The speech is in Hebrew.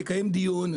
תקיים דיון,